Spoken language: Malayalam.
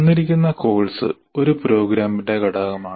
തന്നിരിക്കുന്ന കോഴ്സ് ഒരു പ്രോഗ്രാമിന്റെ ഘടകമാണ്